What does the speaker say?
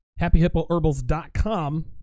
Happyhippoherbals.com